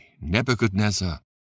Nebuchadnezzar